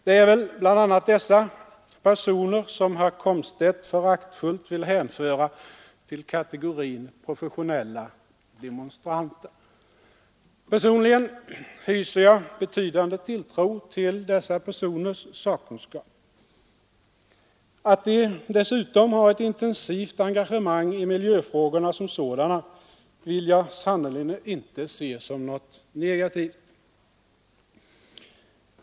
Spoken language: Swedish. Det är väl bl.a. dessa personer som herr Komstedt föraktfullt vill hänföra till kategorin proffessionella demonstranter. Personligen hyser jag betydande tilltro till dessa personers sakkunskap. Att de dessutom har ett intensivt engagemang i miljöfrågorna som sådana vill jag sannerligen inte se som något negativt.